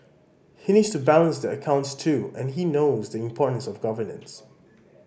he needs to balance the accounts too and he knows the importance of governance